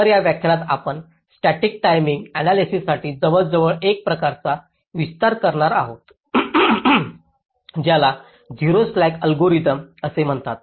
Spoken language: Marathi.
तर या व्याख्यानात आपण स्टॅटिक टाईमिंग आण्यालायसिससाठी जवळजवळ एक प्रकारचा विस्तार करणार आहोत ज्याला झिरो स्लॅक अल्गोरिदम असे म्हणतात